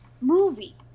movie